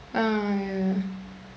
ah ya